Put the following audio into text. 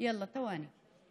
יאללה, תוואני.